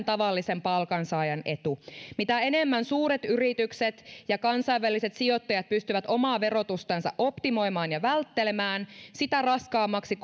tavallisen palkansaajan etu mitä enemmän suuret yritykset ja kansainväliset sijoittajat pystyvät omaa verotustansa optimoimaan ja välttelemään sitä raskaammaksi